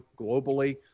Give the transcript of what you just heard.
globally